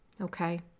okay